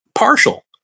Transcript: Partial